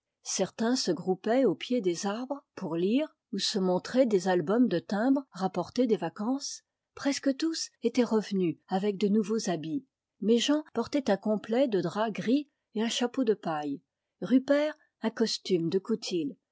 certains groupaient au pied des arbres pour lire bii se montrer des albums de timbres rapportés des vacances presque tous étaient revenus avec de nouveaux habits méjean portait un complet de drap gris et un chapeau de paille rupert un costume de coutil